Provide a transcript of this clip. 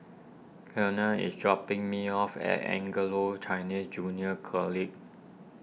Keanna is dropping me off at Anglo Chinese Junior College